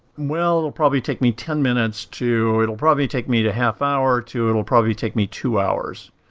well, it would probably take me ten minutes to, it will probably take me to half hour to, it will probably take me two hours.